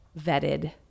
vetted